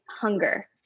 hunger